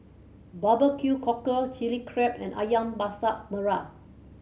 barbecue cockle Chili Crab and Ayam Masak Merah